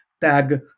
tag